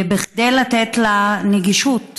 וכדי לתת לה נגישות